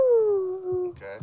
Okay